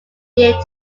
year